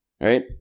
right